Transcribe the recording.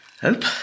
hope